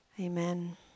Amen